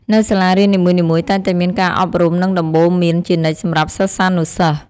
នៅសាលារៀននីមួយៗតែងតែមានការអប់រំនិងដំបូលន្មានជានិច្ចសម្រាប់សិស្សានុសិស្ស។